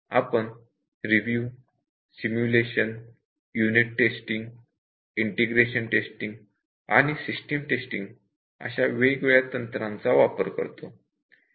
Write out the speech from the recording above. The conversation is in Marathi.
आपण review simulation unit testing integration testing आणि सिस्टिम टेस्टिंग अशा वेगवेगळ्या तंत्रांचा वापर करतो